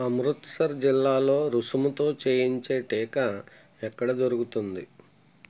అమృత్సర్ జిల్లాలో రుసుముతో చేయించే టీకా ఎక్కడ దొరుకుతుంది